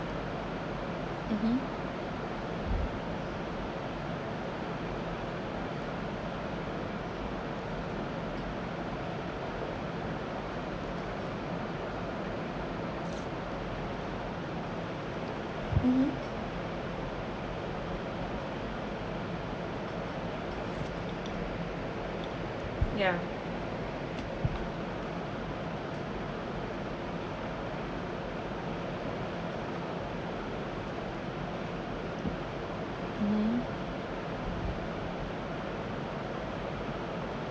mmhmm mmhmm yeah mmhmm